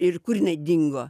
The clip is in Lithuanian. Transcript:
ir kur jinai dingo